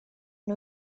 new